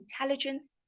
intelligence